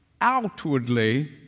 outwardly